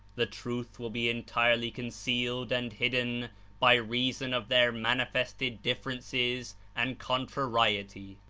the truth will be entirely concealed and hidden by reason of their manifested differences and contrariety.